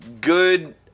Good